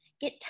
get